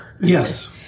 Yes